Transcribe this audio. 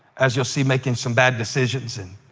as you'll see, making some bad decisions, and